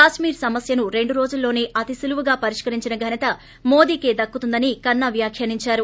కశ్మీర్ సమస్యను రెండు రోజుల్లోసే అతి సులువుగా పరిష్కరించిన ఘనత మోదీకే దక్కుతుందని కన్నా వ్యాఖ్యానించారు